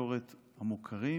התקשורת המוכרים,